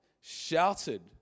shouted